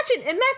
imagine